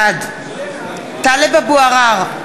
בעד טלב אבו עראר,